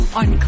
on